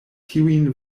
tiujn